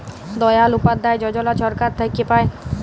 দয়াল উপাধ্যায় যজলা ছরকার থ্যাইকে পায়